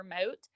remote